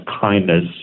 kindness